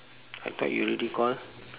I thought you already call